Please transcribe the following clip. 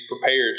prepared